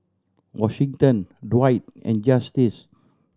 Washington Dwight and Justice